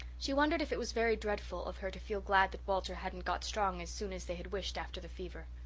she wondered if it was very dreadful of her to feel glad that walter hadn't got strong as soon as they had wished after the fever.